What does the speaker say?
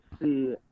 see